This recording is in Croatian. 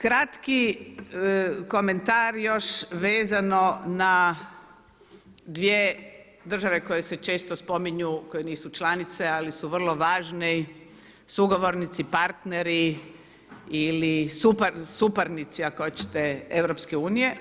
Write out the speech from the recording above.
Kratki komentar još vezano na 2 države koje se često spominju, koje nisu članice ali su vrlo važne sugovornici, partneri ili suparnici ako hoćete EU.